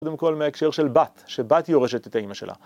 קודם כל מההקשר של בת, שבת יורשת את האימא שלה.